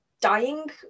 dying